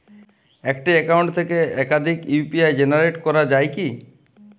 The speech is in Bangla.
একটি অ্যাকাউন্ট থেকে একাধিক ইউ.পি.আই জেনারেট করা যায় কি?